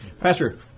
Pastor